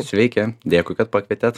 sveiki dėkui kad pakvietėt